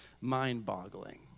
mind-boggling